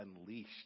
unleashed